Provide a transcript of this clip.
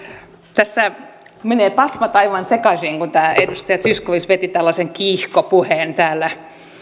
tässä menee pasmat aivan sekaisin kun edustaja zyskowicz veti tuollaisen kiihkopuheen täällä